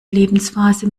lebensphase